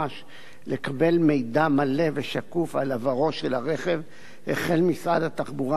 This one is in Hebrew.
לקבל מידע מלא ושקוף על עברו של הרכב החל משרד התחבורה בהליך